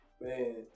man